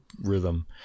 rhythm